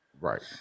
right